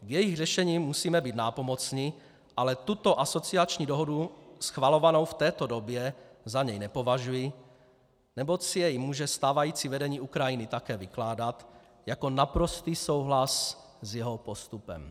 V jejich řešení musíme být nápomocni, ale tuto asociační dohodu schvalovanou v této době za něj nepovažuji, neboť si jej může stávající vedení Ukrajiny také vykládat jako naprostý souhlas s jeho postupem.